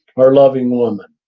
or loving woman.